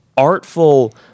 Artful